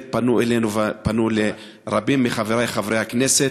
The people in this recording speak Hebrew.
פנו אלינו ופנו לרבים מחברי חברי הכנסת.